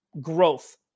growth